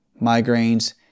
migraines